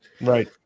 Right